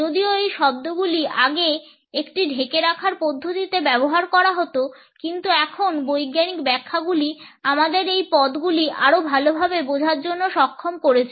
যদিও এই শব্দগুলি আগে একটি ঢেকে রাখার পদ্ধতিতে ব্যবহার করা হতো কিন্তু এখন বৈজ্ঞানিক ব্যাখ্যাগুলি আমাদের এই পদগুলি আরও ভালভাবে বোঝার জন্য সক্ষম করেছে